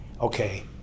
okay